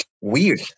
weird